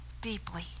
deeply